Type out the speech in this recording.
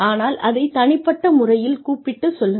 ஆனால் அதை தனிப்பட்ட முறையில் கூப்பிட்டுச் சொல்லுங்கள்